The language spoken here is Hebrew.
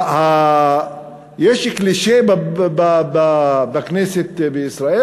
יש cliché בכנסת בישראל,